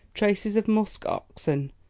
traces of musk oxen,